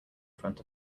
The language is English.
front